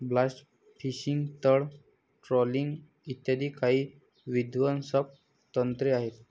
blast fishing, तळ trawling इ काही विध्वंसक तंत्रे आहेत